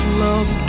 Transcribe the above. love